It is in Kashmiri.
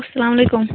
السلامُ علیکُم